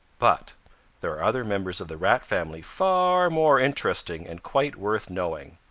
but there are other members of the rat family far more interesting and quite worth knowing.